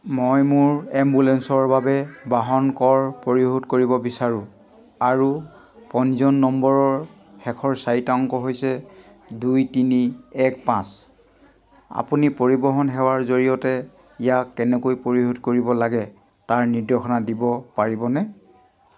মই মোৰ এম্বুলেন্সৰ বাবে বাহন কৰ পৰিশোধ কৰিব বিচাৰোঁ আৰু পঞ্জীয়ন নম্বৰৰ শেষৰ চাৰিটা অংক হৈছে দুই তিনি এক পাঁচ আপুনি পৰিৱহণ সেৱাৰ জৰিয়তে ইয়াক কেনেকৈ পৰিশোধ কৰিব লাগে তাৰ নিৰ্দেশনা দিব পাৰিবনে